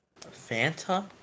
Fanta